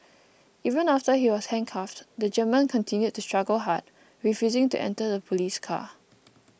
even after he was handcuffed the German continued to struggle hard refusing to enter the police car